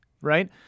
right